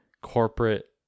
corporate